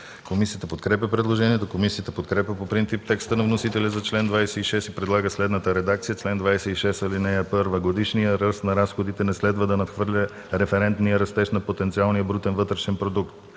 Комисията подкрепя предложението. Комисията подкрепя по принцип текста на вносителя за чл. 26 и предлага следната редакция: „Чл. 26. (1) Годишният ръст на разходите не следва да надхвърля референтния растеж на потенциалния брутен вътрешен продукт.